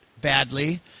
badly